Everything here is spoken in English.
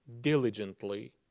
diligently